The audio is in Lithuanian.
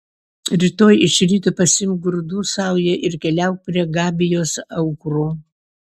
rytoj iš ryto pasiimk grūdų saują ir keliauk prie gabijos aukuro